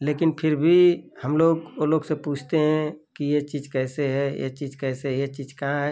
लेकिन फिर भी हम लोग वो लोग से पूछते हैं कि ये चीज़ कैसे है ये चीज़ कैसे ये चीज़ कहाँ है